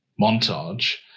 montage